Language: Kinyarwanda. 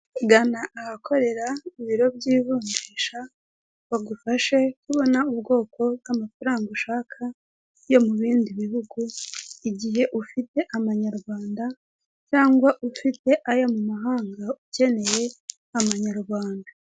Gana ahakorera ibiro by'ivunjisha bagufashe kubona ubwoko bw'amafaranga ushaka yo mu bindi bihugu, igihe ufite amanyarwanda, cyangwa ufite ayo mu mahanga ukeneye amanyarwanda.